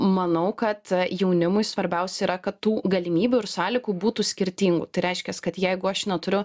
manau kad jaunimui svarbiausia yra kad tų galimybių ir sąlygų būtų skirtingų tai reiškias kad jeigu aš neturiu